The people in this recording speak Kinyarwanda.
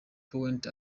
point